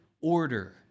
order